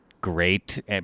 great